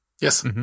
Yes